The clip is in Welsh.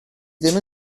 ddim